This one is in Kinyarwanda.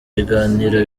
ibiganiro